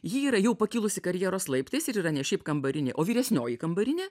ji yra jau pakilusi karjeros laiptais ir yra ne šiaip kambarinė o vyresnioji kambarinė